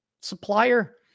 supplier